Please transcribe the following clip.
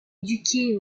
éduqué